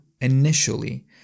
initially